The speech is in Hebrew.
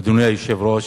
אדוני היושב-ראש,